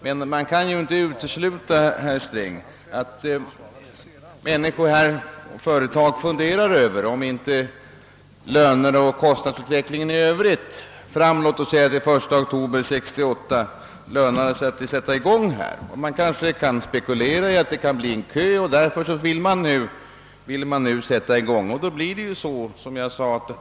: Man kan emellertid inte utesluta, herr Sträng, att människor och företag funderar över om inte löneoch kostnadsutvecklingen fram till låt oss säga den 1 oktober 1968 blir sådan, att det lönar sig att sätta i gång byggande nu. Det kan också hända att man spekulerar i att det kommer att bli en kö av sådana som då vill bygga och att man därför vill sätta i gång nu.